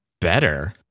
better